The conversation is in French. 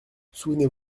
souvenez